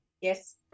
Yes